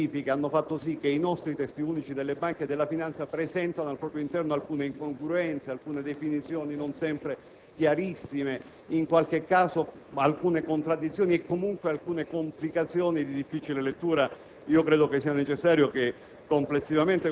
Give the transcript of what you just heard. sui servizi finanziari, ha fatto sì che i nostri Testi unici in materia bancaria e finanziaria presentino al proprio interno alcune incongruenze, alcune definizioni non sempre chiarissime in qualche caso alcune contraddizioni e comunque alcune complicazioni di difficile lettura. Credo sia necessario che